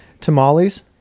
tamales